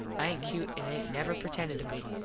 i aint cute an aint never pretended to be.